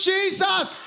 Jesus